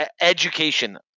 education